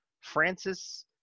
francis